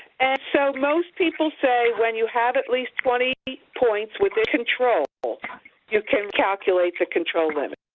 and so most people say when you have at least twenty points within control you can recalculate the control limit.